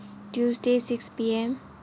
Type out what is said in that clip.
tuesday six P_M